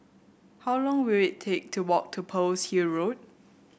how long will it take to walk to Pearl's Hill Road